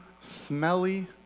smelly